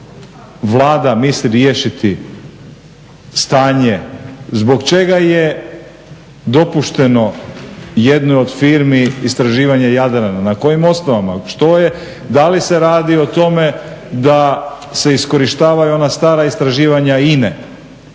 Vlada misli riješiti stanje, zbog čega je dopušteno jednoj od firmi istraživanje Jadrana, na kojim osnovama. Što je, da li se radi o tome da se iskorištava i ona stara istraživanja INA-e